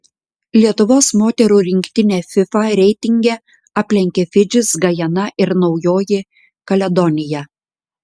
lietuvos moterų rinktinę fifa reitinge aplenkė fidžis gajana ir naujoji kaledonija